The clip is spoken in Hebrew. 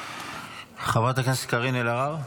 חברת הכנסת קארין אלהרר,